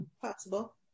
possible